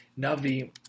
Navi